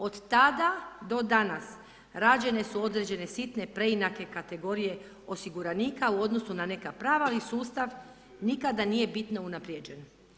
Od tada do danas rađene su određene sitne preinake kategorije osiguranika u odnosu na neka prava, ali sustav nikada nije bitno unaprijeđen.